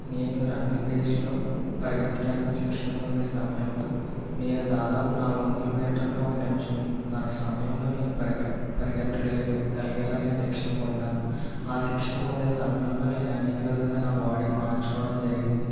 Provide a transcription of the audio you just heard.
నేను రన్నింగ్ రేస్లో పరిగెత్తడానికి శిక్షణ పొందే సమయంలో నేను దాదాపు నాలుగు వందల మీటరును ఒక నిమిషంనర సమయంలో నేను పరిగె పరిగెత్త గలి గలిగేలాగా నేను శిక్షణ పొందాను ఆ శిక్షణ పొందే సమయంలో నేను అనేక విధంగా నా బాడీని మార్చుకోవడం జరిగింది